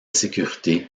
sécurité